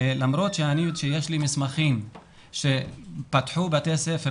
למרות שיש לי מסמכים שפתחו בתי ספר